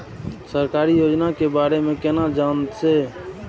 सरकारी योजना के बारे में केना जान से?